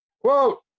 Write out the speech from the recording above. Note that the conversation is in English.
Quote